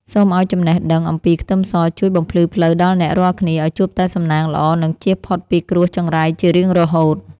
សូមឱ្យចំណេះដឹងអំពីខ្ទឹមសជួយបំភ្លឺផ្លូវដល់អ្នករាល់គ្នាឱ្យជួបតែសំណាងល្អនិងចៀសផុតពីគ្រោះចង្រៃជារៀងរហូត។